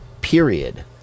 period